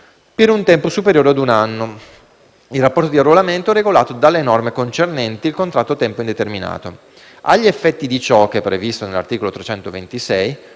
per un tempo superiore ad un anno, il rapporto di arruolamento è regolato dalle norme concernenti il contratto a tempo indeterminato». Agli effetti di ciò che è previsto nell'articolo 326,